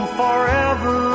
forever